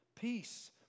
Peace